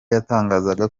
yatangazaga